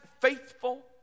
faithful